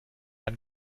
ein